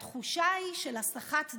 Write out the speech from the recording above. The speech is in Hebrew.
והתחושה היא של הסחת דעת,